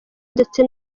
ndetse